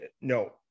no